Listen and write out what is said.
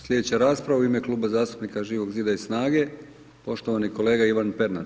Sljedeća rasprava u ime Kluba zastupnika Živog zida i SNAGA-e poštovani kolega Ivan Pernar.